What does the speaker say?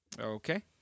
Okay